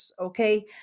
okay